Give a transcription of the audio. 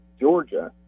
Georgia